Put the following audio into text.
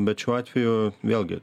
bet šiuo atveju vėlgi